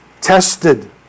tested